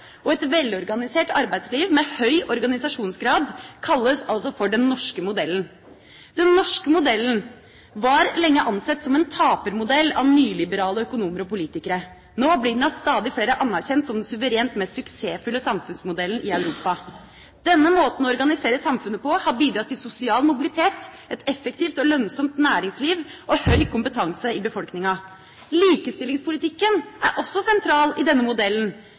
og et velorganisert arbeidsliv med høy organisasjonsgrad, kalles altså for den norske modellen. Den norske modellen var lenge ansett som en tapermodell av nyliberale økonomer og politikere. Nå blir den av stadig flere anerkjent som den suverent mest suksessfulle samfunnsmodellen i Europa. Denne måten å organisere samfunnet på har bidratt til sosial mobilitet, et effektivt og lønnsomt næringsliv og høy kompetanse i befolkninga. Likestillingspolitikken er også sentral i denne modellen,